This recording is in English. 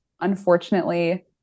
unfortunately